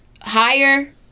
higher